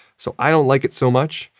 so, i don't like it so much.